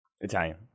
Italian